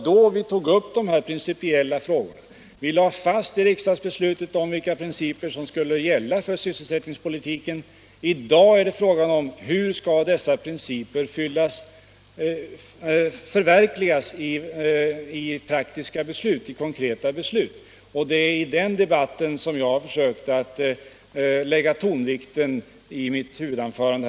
Då tog vi upp de principiella frågorna, och då lade vi fast i riksdagsbeslutet vilka principer som skulle gälla för sysselsättningspolitiken. I dag är det frågan om hur dessa principer skall förverkligas i form av praktiska åtgärder. Det är den saken jag har försökt att lägga tonvikten vid i mitt huvudanförande.